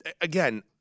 again